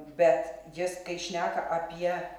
bet jis kai šneka apie